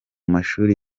mashuri